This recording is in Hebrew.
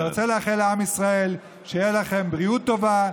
אני רוצה לאחל לעם ישראל: שתהיה לכם בריאות טובה,